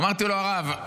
אמרתי לו: הרב,